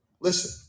Listen